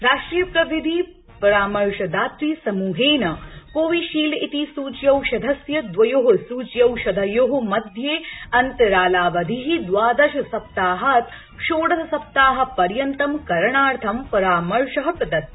राष्ट्रिय प्रविधि परामर्शदात समूहेन कोविशील्ड इति सूच्यौषधस्य द्वयोः सूच्यौषधयोः मध्ये अन्तरालावधि द्वादशसप्ताहात् षोडशसप्ताहपर्यन्तं करणार्थं परामर्श प्रदत्त